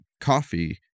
coffee